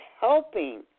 helping